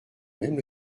même